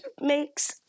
makes